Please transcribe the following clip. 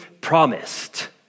promised